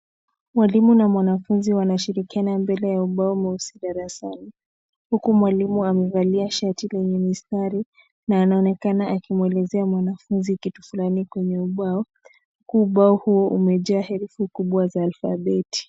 Mwalimu na mwanafunzi wanashirikiana mbele ya ubao mweusi darasani huku mwalimu amevalia shati lenye mistari na anaonekana akimwelezea mwanafunzi kitu fulani kwenye ubao. Ubao huo umejaa herufi kubwa za alfabeti.